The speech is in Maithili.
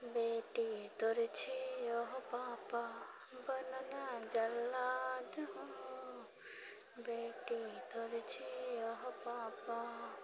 बेटी तोर छिअह पापा बनऽ ना जल्लाद हो बेटी तोर छिअह पापा